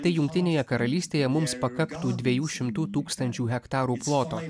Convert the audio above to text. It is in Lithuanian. tai jungtinėje karalystėje mums pakaktų dviejų šimtų tūkstančių hektarų ploto